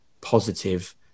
positive